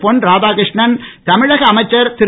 பொன் Radhakrishnan தமிழக அமைச்சர் திரு